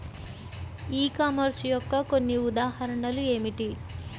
ఈ కామర్స్ యొక్క కొన్ని ఉదాహరణలు ఏమిటి?